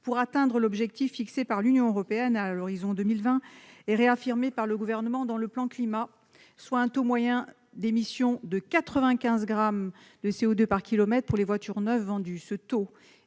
pour atteindre l'objectif fixé par l'Union européenne à l'horizon de 2020 et réaffirmé par le Gouvernement dans le plan Climat : un taux moyen d'émissions de CO2 de 95 grammes par kilomètre pour les voitures neuves vendues.